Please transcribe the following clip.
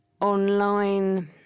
online